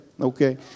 Okay